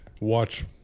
watch